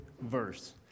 verse